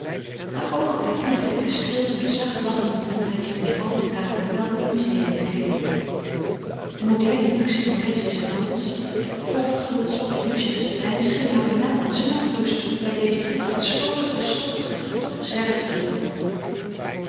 haar oog werd lieflijk gestreeld door de zacht lachende bontheid van die groote kamer welke een museum geleek de moderne luxe van betsy's salons vol verguldsel peluche en satijn scheen haar banaal en smakeloos toe bij deze ietwat slordige stoffige en toch gezellige weelde